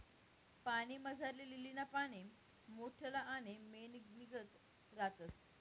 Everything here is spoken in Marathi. पाणीमझारली लीलीना पाने मोठल्ला आणि मेणनीगत रातस